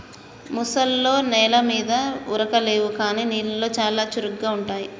ముసల్లో నెల మీద ఉరకలేవు కానీ నీళ్లలో చాలా చురుగ్గా ఉంటాయి